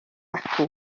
acw